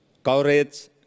courage